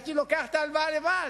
הייתי לוקח את ההלוואה לבד.